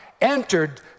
entered